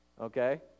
Okay